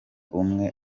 umwe